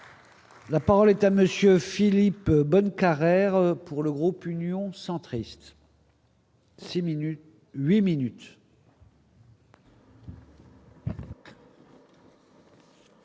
La parole est à monsieur Philippe Bohn Carrère pour le groupe Union centriste.